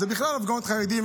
זה בכלל הפגנות חרדים,